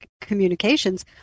communications